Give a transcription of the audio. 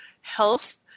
health